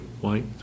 white